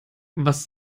was